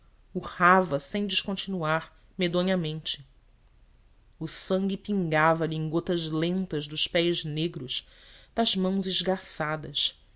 urrava sem descontinuar medonhamente o sangue pingava lhe em gotas lentas dos pés negros das mãos esgarçadas